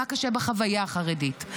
מה קשה בחוויה החרדית.